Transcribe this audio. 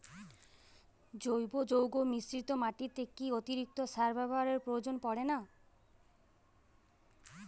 জৈব যৌগ মিশ্রিত মাটিতে কি অতিরিক্ত সার ব্যবহারের প্রয়োজন পড়ে না?